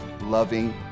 loving